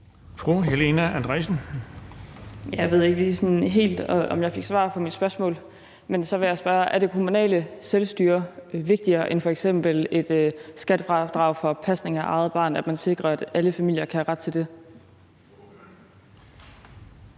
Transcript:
Jeg ved ikke helt, om jeg fik svar på mit spørgsmål, men så vil jeg spørge: Er det kommunale selvstyre vigtigere end f.eks. et skattefradrag for pasning af eget barn, set i forhold til at man sikrer, at alle familier kan have ret til det?